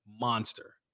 Monster